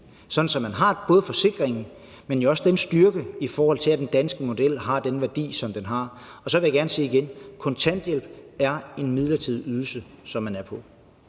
at man både har forsikringen, men også den styrke, i forhold til at den danske model har den værdi, som den har. Og så vil jeg gerne sige igen, at kontanthjælp er en midlertidig ydelse, som man er på.